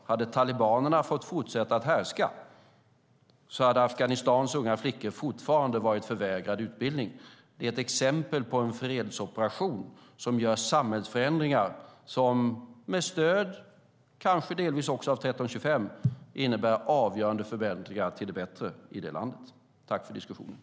Hade talibanerna fått fortsätta att härska hade Afghanistans unga flickor fortfarande varit förvägrade utbildning. Det är ett exempel på en fredsoperation som gör samhällsförändringar som med stöd, kanske delvis också av resolution 1325, innebär avgörande förändringar till det bättre i detta land.